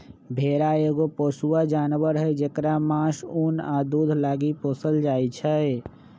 भेड़ा एगो पोसुआ जानवर हई जेकरा मास, उन आ दूध लागी पोसल जाइ छै